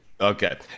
Okay